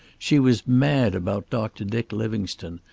she was mad about doctor dick livingstone.